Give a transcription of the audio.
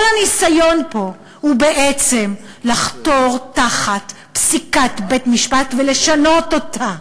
כל הניסיון פה הוא בעצם לחתור תחת פסיקת בית-משפט ולשנות אותה.